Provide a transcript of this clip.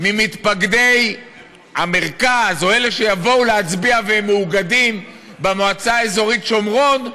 ממתפקדי המרכז או אלו שיבואו להצביע והם מאוגדים במועצה האזורית שומרון,